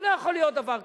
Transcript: לא יכול להיות דבר כזה.